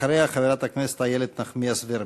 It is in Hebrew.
אחריה, חברת הכנסת איילת נחמיאס ורבין.